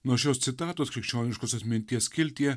nuo šios citatos krikščioniškos atminties skiltyje